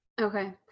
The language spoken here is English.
Okay